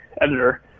editor